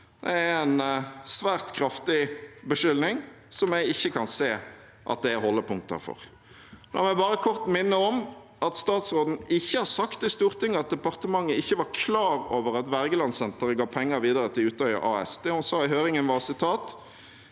Det er en svært kraftig beskyldning som jeg ikke kan se at det er holdepunkter for. La meg bare kort minne om at statsråden ikke har sagt til Stortinget at departementet ikke var klar over at Wergelandsenteret ga penger videre til Utøya AS. Det hun sa i høringen, var: «På